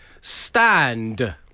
Stand